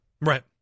Right